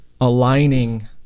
aligning